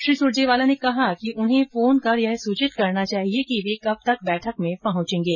श्री सुरजेवाला ने कहा कि उन्हें फोन कर यह सुचित करना चाहिए कि वे कब तक बैठक में पहंचेंगे